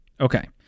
Okay